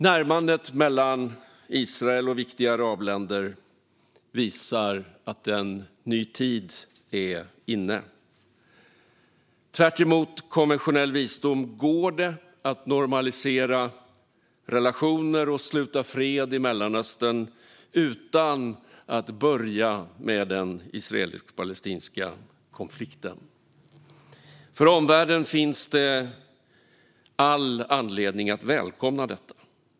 Närmandet mellan Israel och viktiga arabländer visar att en ny tid är inne. Tvärtemot konventionell visdom går det att normalisera relationer och sluta fred i Mellanöstern utan att börja med den israelisk-palestinska konflikten. För omvärlden finns det all anledning att välkomna detta.